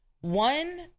one